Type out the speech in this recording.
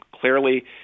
Clearly